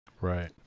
Right